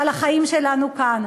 על החיים שלנו כאן.